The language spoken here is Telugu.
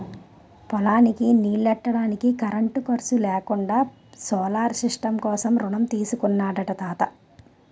పొలానికి నీల్లెట్టడానికి కరెంటు ఖర్సు లేకుండా సోలార్ సిస్టం కోసం రుణం తీసుకున్నాడట తాత